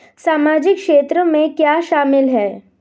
सामाजिक क्षेत्र में क्या शामिल है?